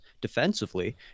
defensively